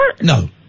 No